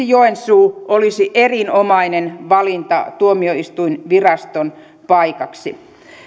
joensuu olisi erinomainen valinta tuomioistuinviraston paikaksi myöskin